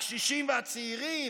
הקשישים והצעירים,